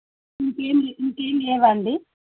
ఇంకేం ఇంకేం లేవా అండి